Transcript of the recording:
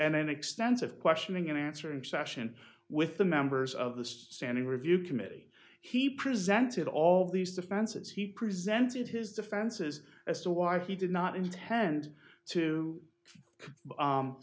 an extensive questioning and answer session with the members of the standing review committee he presented all these defenses he presented his defenses as to why he did not intend to